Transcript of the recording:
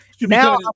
now